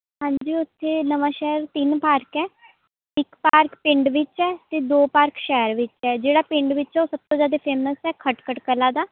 ਹਾਂਜੀ ਉੱਥੇ ਨਵਾਂਸ਼ਹਿਰ ਤਿੰਨ ਪਾਰਕ ਹੈ ਇੱਕ ਪਾਰਕ ਪਿੰਡ ਵਿੱਚ ਹੈ ਅਤੇ ਦੋ ਪਾਰਕ ਸ਼ਹਿਰ ਵਿੱਚ ਹੈ ਜਿਹੜਾ ਪਿੰਡ ਵਿੱਚੋਂ ਸਭ ਤੋਂ ਜ਼ਿਆਦਾ ਫੇਮਸ ਹੈ ਖਟਕੜ ਕਲਾਂ ਦਾ